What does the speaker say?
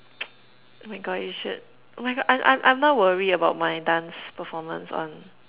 oh my God you should oh my God I'm I'm I'm now worried about my dance performance on